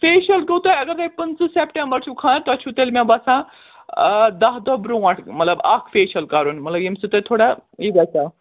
facial ہیٚکِو تُہۍ اگر تُہۍ پٕنٛژٕ سٮ۪پٹمبر چھُو خانٛدر تُہۍ چھُ تیٚلہِ مےٚ باسان دَہ دۄہ برونٹھ مطلب اکھ فیٚشل کَرُن مطلب ییٚمہِ سۭتۍ تُہۍ تھوڑا یہِ گژھیو